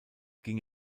ging